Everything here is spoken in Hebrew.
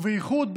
ובייחוד,